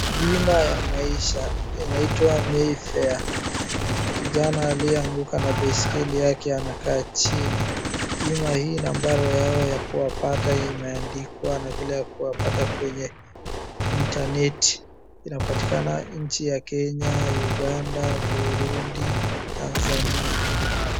Bima ya maisha inaitwa Mayfair. Kijana aliyeanguka na baiskeli yake anakaa chini ,bima hii nambari yao ya kuwapata imeandikwa na vile ya kuwapata kwenye intaneti ,inapatikana nchi ya Kenya ,Uganda, Burundi, Tanzania.